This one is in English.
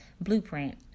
blueprint